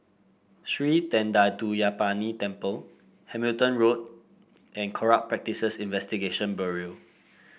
Sri Thendayuthapani Temple Hamilton Road and Corrupt Practices Investigation Bureau